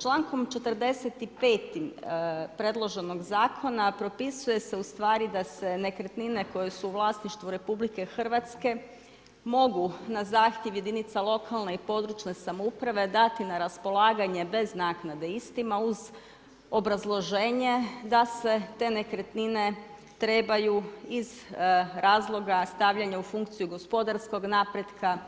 Člankom 45. predloženog Zakona propisuje se u stvari da se nekretnine koje su u vlasništvu RH mogu na zahtjev jedinica lokalne i područne samouprave dati na raspolaganje bez naknade istima uz obrazloženje da se te nekretnine trebaju iz razloga stavljanja u funkciju gospodarskog napretka,